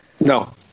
No